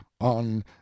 on